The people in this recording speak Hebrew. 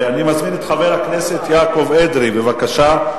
אני מזמין את חבר הכנסת יעקב אדרי, בבקשה.